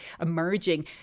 emerging